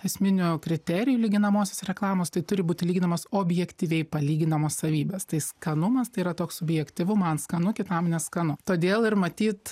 esminių kriterijų lyginamosios reklamos tai turi būti lyginamos objektyviai palyginamos savybės tai skanumas tai yra toks subjektyvu man skanu kitam neskanu todėl ir matyt